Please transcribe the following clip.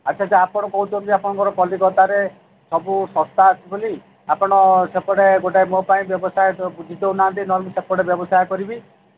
ଆଚ୍ଛା ଆଚ୍ଛା ଆପଣ କହୁଛନ୍ତି ଆପଣଙ୍କର କଲିକତାରେ ସବୁ ଶସ୍ତା ଅଛି ବୋଲି ଆପଣ ସେପଟେ ଗୋଟେ ମୋ ପାଇଁ ବ୍ୟବସାୟ ବୁଝି ଦେଉନାହାଁନ୍ତି ନହେଲେ ମୁଁ ସେପଟେ ବ୍ୟବସାୟ କରିବି